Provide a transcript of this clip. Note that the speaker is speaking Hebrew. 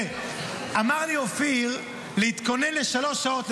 אמר לי אופיר: התכונן לדבר שלוש שעות.